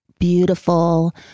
beautiful